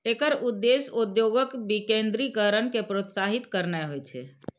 एकर उद्देश्य उद्योगक विकेंद्रीकरण कें प्रोत्साहित करनाय होइ छै